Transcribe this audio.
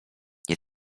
nie